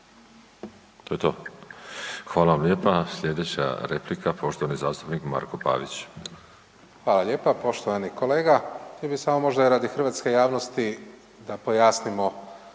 (DP)** Hvala vam lijepa. Slijedeća replika poštovani zastupnik Marko Pavić. **Pavić, Marko (HDZ)** Hvala lijepa. Poštovani kolega, htio bih samo možda radi hrvatske javnosti da pojasnimo